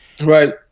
Right